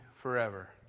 forever